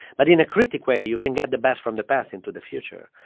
but in a critic way, you can get the best from the past into the future.